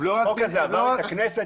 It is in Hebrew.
החוק הזה עבר את הכנסת,